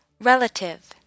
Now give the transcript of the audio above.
Relative